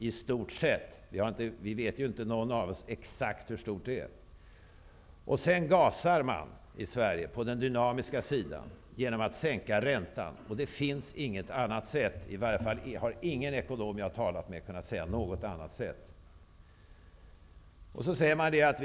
Ingen av oss vet exakt hur stort det är. Sedan gasar man i Sverige på den dynamiska sidan genom att sänka räntan. Det finns inget annat sätt. I varje fall har ingen ekonom jag har talat med påpekat något annat sätt.